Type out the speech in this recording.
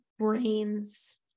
Brains